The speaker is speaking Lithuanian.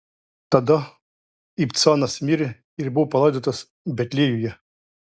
tada ibcanas mirė ir buvo palaidotas betliejuje